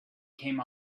came